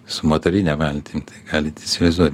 su motorine valtim tai galit įsivaizduot